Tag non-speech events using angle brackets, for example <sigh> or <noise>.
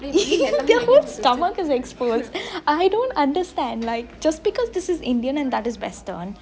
<laughs> their whole stomach is exposed I don't understand just because this is indian and that is western